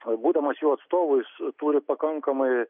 būdamas jau atstovu jis turi pakankamai